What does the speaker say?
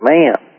Man